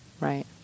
right